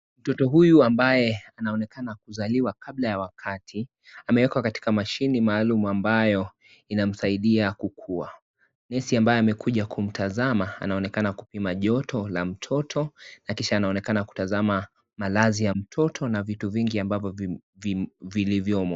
Mtoto huyu ambaye anaonekana kuzaliwa kabla ya wakati, amewekwa katika mashine maalum ambayo inamsaidia kukua. Nesi ambaye amekuja kumtazama anaonekana kupima joto la mtoto na kisha anaonekana kutazama malazi ya mtoto na vitu vingi ambavyo vilivyomo.